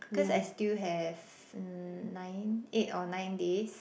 cause I still have nine eight or nine days